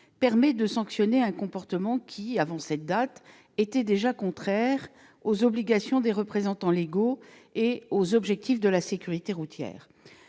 permet de sanctionner un comportement qui, avant cette date, était déjà contraire aux obligations des représentants légaux et aux objectifs de la sécurité routière.